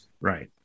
right